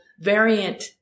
variant